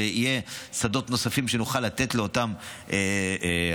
שיהיו שדות נוספים שנוכל לתת לאותם מתמחים,